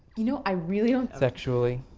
you know i really don't sexually.